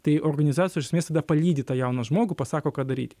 tai organizacija iš esmės tada palydi tą jauną žmogų pasako ką daryti